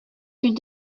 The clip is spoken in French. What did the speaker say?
fut